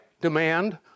demand